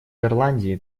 ирландии